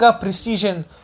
precision